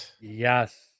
Yes